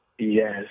Yes